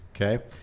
Okay